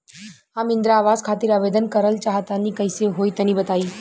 हम इंद्रा आवास खातिर आवेदन करल चाह तनि कइसे होई तनि बताई?